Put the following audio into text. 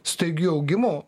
staigiu augimu